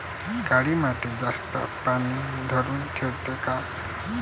काळी माती जास्त पानी धरुन ठेवते का?